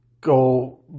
go